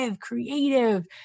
creative